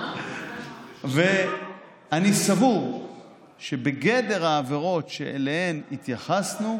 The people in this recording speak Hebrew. אני סבור שבגדר העבירות שאליהן התייחסנו,